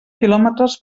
quilòmetres